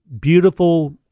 beautiful